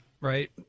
right –